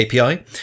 API